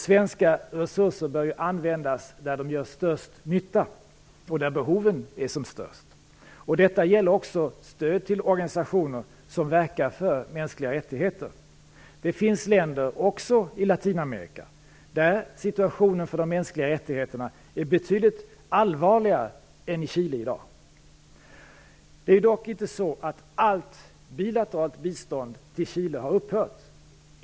Svenska resurser bör användas där de gör störst nytta och där behoven är störst. Detta gäller också stöd till organisationer som verkar för mänskliga rättigheter. Det finns länder, även i Latinamerika, där situationen för de mänskliga rättigheterna är betydligt allvarligare än i Chile. Det är dock inte så att allt bilateralt bistånd till Chile har upphört.